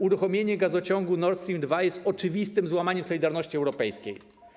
Uruchomienie gazociągu Nord Stream 2 jest oczywistym złamaniem zasad solidarności europejskiej.